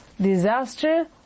Disaster